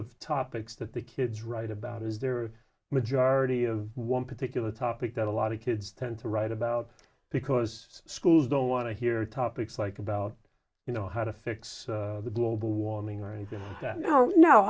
of topics that the kids write about is there a majority of one particular topic that a lot of kids tend to write about because schools don't want to hear topics like about you know how to fix global warming or anything